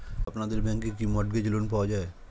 আপনাদের ব্যাংকে কি মর্টগেজ লোন পাওয়া যায়?